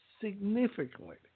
significantly